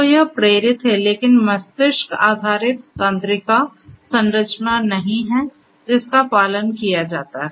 तो यह प्रेरित है लेकिन मस्तिष्क आधारित तंत्रिका संरचना नहीं है जिसका पालन किया जाता है